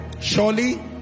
Surely